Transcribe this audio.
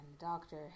doctor